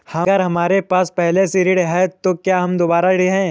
अगर हमारे पास पहले से ऋण है तो क्या हम दोबारा ऋण हैं?